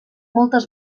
moltes